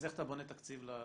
אז איך אתה בונה תקציב לשנה?